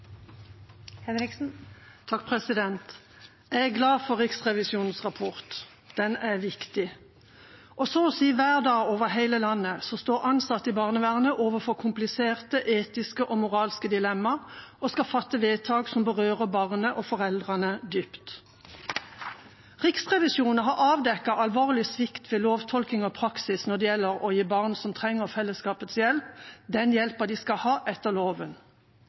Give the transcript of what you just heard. Jeg er glad for Riksrevisjonens rapport. Den er viktig. Så å si hver dag, over hele landet, står ansatte i barnevernet overfor kompliserte etiske og moralske dilemma og skal fatte vedtak som berører barnet og foreldrene dypt. Riksrevisjonen har avdekket alvorlig svikt ved lovtolking og praksis når det gjelder å gi barn som trenger fellesskapets hjelp, den hjelpen de skal ha etter loven.